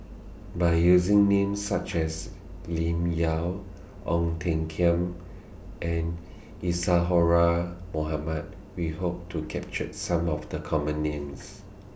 By using Names such as Lim Yau Ong Tiong Khiam and Isadhora Mohamed We Hope to capture Some of The Common Names